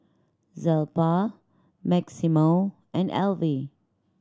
Zelpha Maximo and Alvy